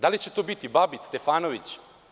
Da li će to biti Babić, Stefanović?